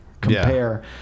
compare